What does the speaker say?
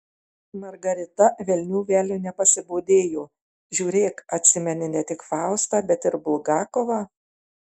margarita velnių velniu nepasibodėjo žiūrėk atsimeni ne tik faustą bet ir bulgakovą